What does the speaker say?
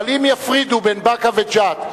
אבל אם יפרידו בין באקה וג'ת,